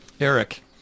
Eric